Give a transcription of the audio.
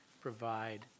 provide